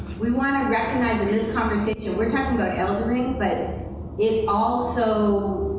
we want to recognize, in this conversation, we're talking about eldering, but it also,